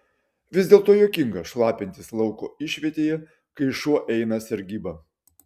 vis dėlto juokinga šlapintis lauko išvietėje kai šuo eina sargybą